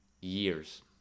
years